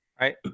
Right